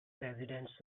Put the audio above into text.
presidents